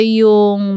yung